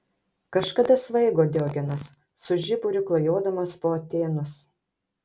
kažkada svaigo diogenas su žiburiu klajodamas po atėnus